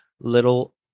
little